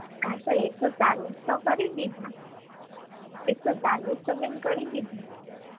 હા તો એકસો ચાલીસ તો કરી દીધા એકસો ચાલીસ તો બેન કરી દીધા